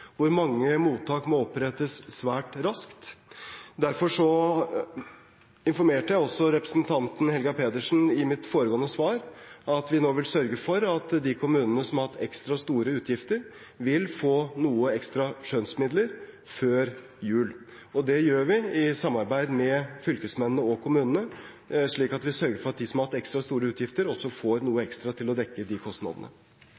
hvor mange mottak må opprettes svært raskt. Derfor informerte jeg også representanten Helga Pedersen i mitt foregående svar om at vi nå vil sørge for at de kommunene som har hatt ekstra store utgifter, vil få noe ekstra skjønnsmidler før jul. Og det gjør vi i samarbeid med Fylkesmannen og kommunene, slik at vi sørger for at de som har hatt ekstra store utgifter, får noe ekstra til å dekke de kostnadene.